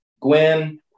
Gwen